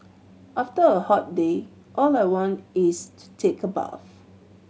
after a hot day all I want is to take a bath